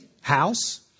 house